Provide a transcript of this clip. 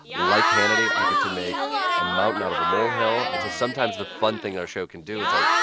like hannity, i get to make a mountain out of a molehill. and so sometimes the fun thing our show can do it's, like,